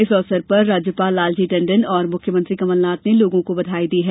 इस अवसर पर राज्यपाल लालजी टंडन और मुख्यमंत्री कमलनाथ ने लोगों को बधाई दी है